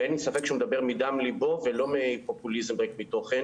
ואין לי ספק שהוא מדבר מדם ליבו ולא מפופוליזם ריק מתוכן,